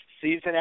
Season